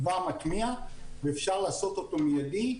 זה דבר מתמיה, אפשר לעשות אותו מיידי.